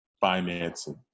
financing